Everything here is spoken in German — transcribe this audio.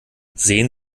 sehen